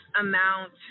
amount